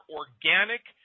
organic